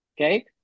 okay